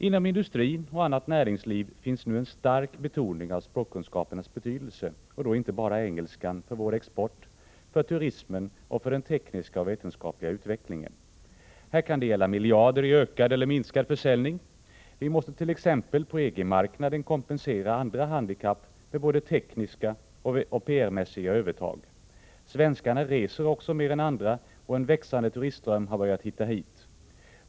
Inom industrin och annat näringsliv finns det nu en stark betoning av språkkunskapernas betydelse — och då inte bara engelskan — för vår export, för turismen och för den tekniska och vetenskapliga utvecklingen. Här kan det gälla miljarder i ökad eller minskad försäljning. Vi måste t.ex. på EG-marknaden kompensera andra handikapp med både tekniska och PR-mässiga övertag. Svenskarna reser också mer än andra, och en växande turistström har börjat hitta hit.